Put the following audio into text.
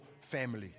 family